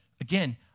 again